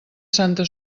santa